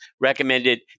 recommended